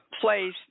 place